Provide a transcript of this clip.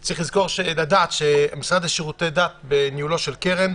צריך לדעת שהמשרד לשירותי דת בניהולה של קרן,